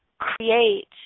create